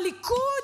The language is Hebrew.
הליכוד,